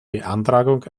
beantragung